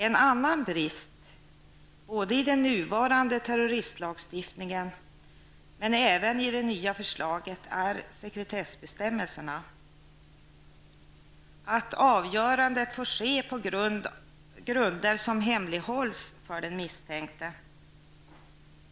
En annan brist i den nuvarande terroristlagstiftningen och även i det nya förslaget är sekretessbestämmelserna. Avgörandet får ske på grunder som hemlighålls för utlänningen.